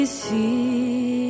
see